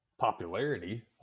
popularity